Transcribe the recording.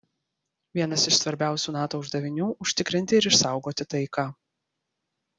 vienas iš svarbiausių nato uždavinių užtikrinti ir išsaugoti taiką